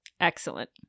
Excellent